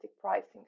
pricing